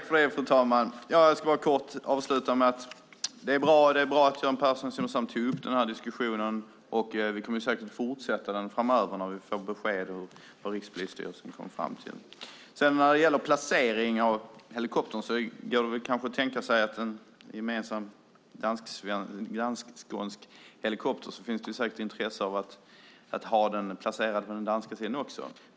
Fru talman! Det är bra att Göran Persson i Simrishamn tog upp den här diskussionen. Vi kommer säkert att fortsätta att föra den när vi får besked om vad Rikspolisstyrelsen kommer fram till. När det gäller placeringen av helikoptern kan man kanske tänka sig en gemensam dansk-skånsk helikopter. Det finns säkert intresse av att ha den placerad även på den danska sidan.